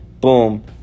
Boom